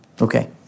okay